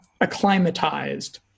acclimatized